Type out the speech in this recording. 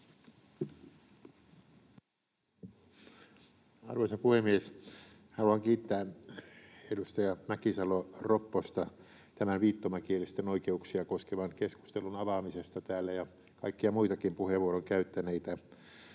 Arvoisa puhemies! Haluan kiittää edustaja Mäkisalo-Ropposta tämän viittomakielisten oikeuksia koskevan keskustelun avaamisesta täällä ja kaikkia muitakin puheenvuoron käyttäneitä.